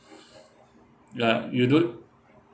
ya you do it